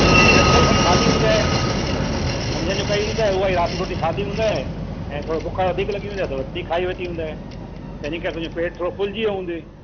रोटी रखयल खणी खाधी हूंदइ मंझंदि जो कई हूंदइ उहा ई राति जो रोटी खाधी हूंदइ ऐं थोरो बुख वधीक लॻी हूंदइ त वधीक खाई वरिती हूंदइ तंहिंजे करे तुंहिंजो पेटु थोरो फूलिजी वियो हूंदइ